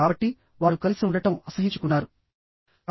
కాబట్టివారు కలిసి ఉండటం అసహ్యించుకున్నారు